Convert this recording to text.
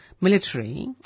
military